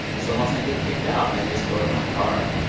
so once i get kicked out, i just go to my car,